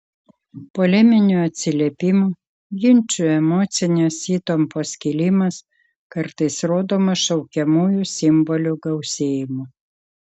poleminių atsiliepimų ginčų emocinės įtampos kilimas kartais rodomas šaukiamųjų simbolių gausėjimu